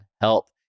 help